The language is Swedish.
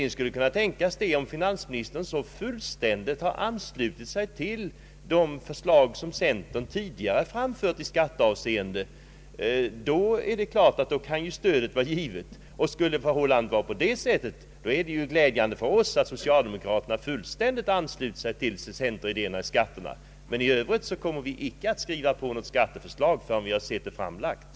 Endast om det vore så att finansministern fullständigt har anslutit sig till de förslag som centern tidigare framfört i skatteavseende skulle vårt stöd på förhand vara givet. Det vore ju i så fall mycket glädjande för oss att socialdemokraterna så fullständigt velat ansluta sig till centerns förslag när det gäller skatterna. Men i övrigt kommer vi inte att skriva på något skatteförslag, förrän vi har sett det framlagt.